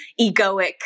egoic